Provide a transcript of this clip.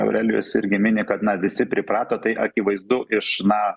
aurelijus irgi mini kad na visi priprato tai akivaizdu iš na